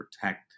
protect